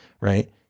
Right